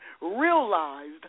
realized